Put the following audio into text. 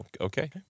Okay